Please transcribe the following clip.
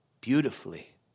beautifully